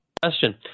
Question